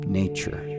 nature